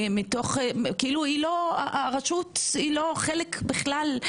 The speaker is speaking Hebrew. כאילו שהרשות לא חלק בכלל,